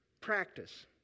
practice